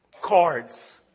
cards